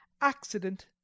accident